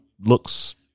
looks